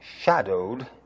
shadowed